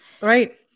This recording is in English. Right